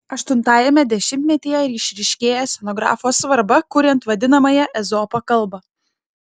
aštuntajame dešimtmetyje išryškėja scenografo svarba kuriant vadinamąją ezopo kalbą